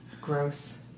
gross